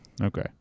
Okay